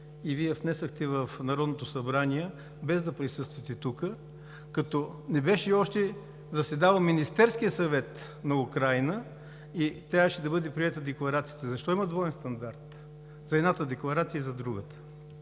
и Вие я внесохте в Народното събрание, без да присъствате тук, като не беше още заседавал Министерският съвет на Украйна и трябваше да бъде приета декларацията. Защо има двоен стандарт – за едната декларация и за другата?